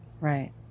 Right